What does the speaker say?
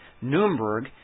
Nuremberg